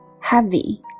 Heavy